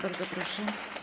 Bardzo proszę.